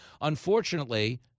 Unfortunately